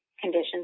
conditions